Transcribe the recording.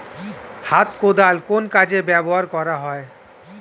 হাত কোদাল কোন কাজে ব্যবহার করা হয়?